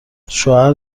شوهر